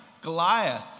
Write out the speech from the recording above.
Goliath